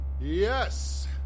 Yes